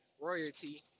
royalty